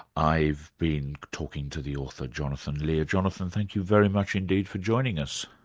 i've been talking to the author, jonathan lear. jonathan thank you very much indeed for joining us.